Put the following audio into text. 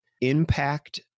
impact